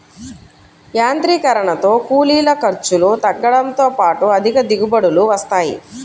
యాంత్రీకరణతో కూలీల ఖర్చులు తగ్గడంతో పాటు అధిక దిగుబడులు వస్తాయి